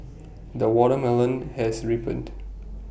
the watermelon has ripened